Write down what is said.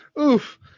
Oof